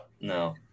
No